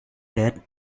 that